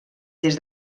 des